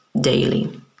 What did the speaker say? daily